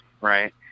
right